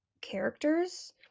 characters